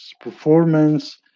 performance